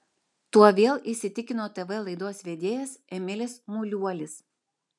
tuo vėl įsitikino tv laidos vedėjas emilis muliuolis